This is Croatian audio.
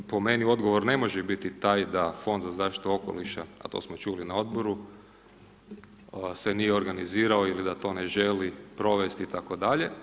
Po meni odgovor ne može biti taj da Fond za zaštitu okoliša, a to smo čuli na Odboru, se nije organizirao ili da to ne želi provesti itd.